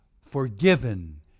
forgiven